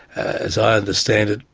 as i understand it,